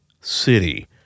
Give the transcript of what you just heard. city